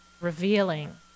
revealing